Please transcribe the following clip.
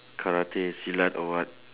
karate silat or what